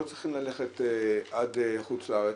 לא צריכים ללכת לחוץ לארץ,